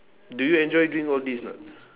do you enjoy doing all these not